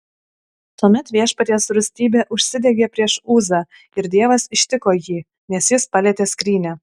tuomet viešpaties rūstybė užsidegė prieš uzą ir dievas ištiko jį nes jis palietė skrynią